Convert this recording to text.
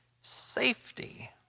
safety